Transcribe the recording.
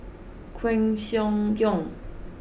Koeh Sia Yong